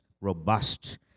robust